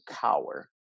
cower